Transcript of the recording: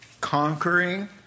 conquering